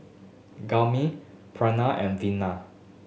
Gurmeet and Vina